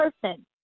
person